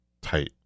tight